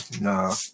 Nah